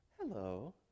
Hello